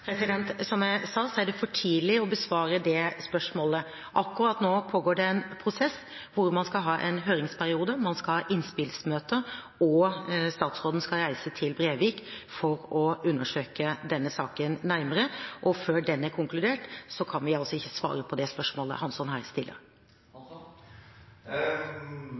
Som jeg sa, er det for tidlig å besvare det spørsmålet. Akkurat nå pågår det en prosess hvor man skal ha en høringsperiode og innspillsmøter, og statsråden skal reise til Brevik for å undersøke denne saken nærmere. Før den er konkludert, kan vi ikke svare på det spørsmålet representanten Hansson her stiller.